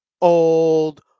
old